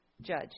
judge